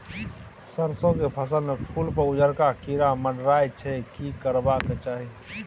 सरसो के फसल में फूल पर उजरका कीरा मंडराय छै की करबाक चाही?